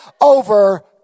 over